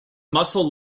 muscle